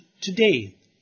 today